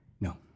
No